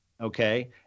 okay